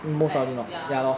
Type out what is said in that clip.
like ya